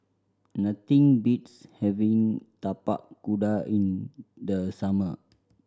nothing beats having Tapak Kuda in the summer